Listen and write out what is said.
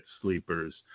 sleepers